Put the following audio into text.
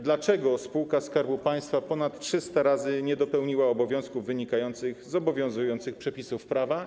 Dlaczego spółka Skarbu Państwa ponad 300 razy nie dopełniła obowiązków wynikających z obowiązujących przepisów prawa?